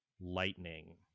lightning